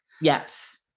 Yes